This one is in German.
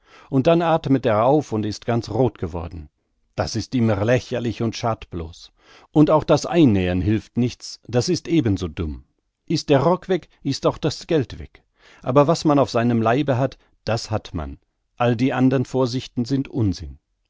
und dann athmet er auf und ist ganz roth geworden das ist immer lächerlich und schadet blos und auch das einnähen hilft nichts das ist ebenso dumm ist der rock weg ist auch das geld weg aber was man auf seinem leibe hat das hat man all die andern vorsichten sind unsinn